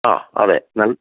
ആ അതെ നൽ